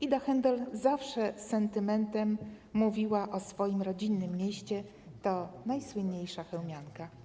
Ida Haendel zawsze z sentymentem mówiła o swoim rodzinnym mieście, to najsłynniejsza chełmianka.